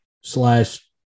slash